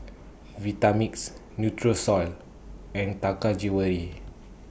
Vitamix Nutrisoy and Taka Jewelry